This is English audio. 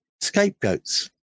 scapegoats